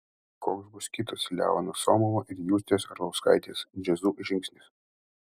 koks bus kitas leono somovo ir justės arlauskaitės jazzu žingsnis